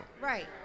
Right